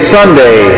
Sunday